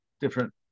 Different